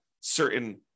certain